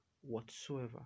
whatsoever